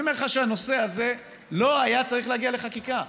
אני אומר לך שהנושא הזה לא היה צריך להגיע לחקיקה,